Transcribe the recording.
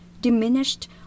diminished